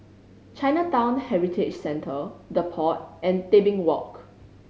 Chinatown Heritage Centre The Pod and Tebing Walk